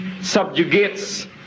subjugates